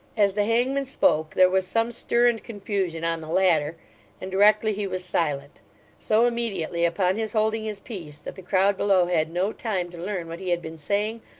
as the hangman spoke, there was some stir and confusion on the ladder and directly he was silent so immediately upon his holding his peace, that the crowd below had no time to learn what he had been saying,